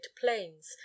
plains